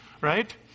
right